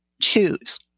choose